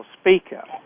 speaker